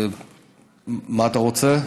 מה אתה רוצה?